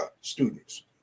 students